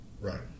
right